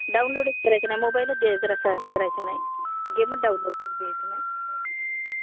डाउनलोडच करायचय नाही मोबाईलच द्यायचा जरासं हे करायचं नाही गेमच डाउनलोड करू द्यायचा नाही